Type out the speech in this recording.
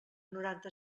noranta